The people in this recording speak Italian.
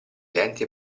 lenti